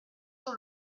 sur